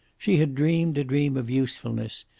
she had dreamed a dream of usefulness,